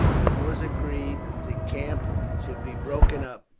and it was agreed that the camp should be broken up.